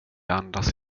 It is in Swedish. andas